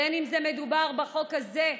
בין שמדובר בחוק הזה,